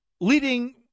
leading